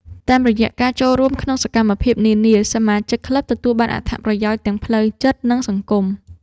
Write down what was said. តាមរយៈការចូលរួមក្នុងសកម្មភាពនានា សមាជិកក្លឹបទទួលបានអត្ថប្រយោជន៍ទាំងផ្លូវចិត្ត និងសង្គម។